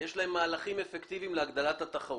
יש להם מהלכים אפקטיביים להגדלת התחרות,